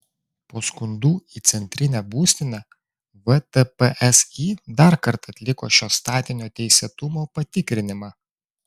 po skundų į centrinę būstinę vtpsi dar kartą atliko šio statinio teisėtumo patikrinimą